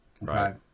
right